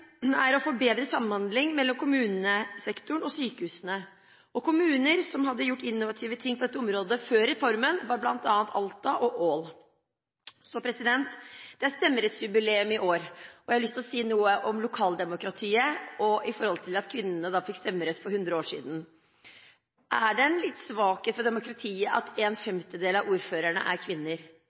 er å få bedre samhandling mellom kommunesektoren og sykehusene. Kommuner som hadde gjort innovative ting på dette området før reformen, var bl.a. Alta og Ål. Det er stemmerettsjubileum i år, og jeg har lyst til å si noe om lokaldemokratiet med tanke på at kvinnene fikk stemmerett for 100 år siden. Er det en liten svakhet for demokratiet at en femtedel av ordførerne er kvinner?